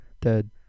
dead